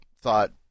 Thought